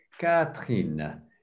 Catherine